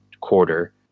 quarter